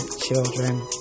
children